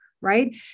right